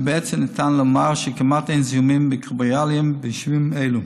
ובעצם ניתן לומר שכמעט אין זיהומים מיקרוביאליים ביישובים אלו.